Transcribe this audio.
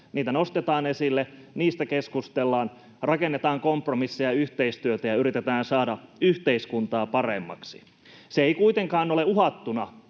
nostetaan esille, niistä keskustellaan, rakennetaan kompromisseja ja yhteistyötä ja yritetään saada yhteiskuntaa paremmaksi. Se ei kuitenkaan ole uhattuna,